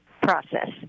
process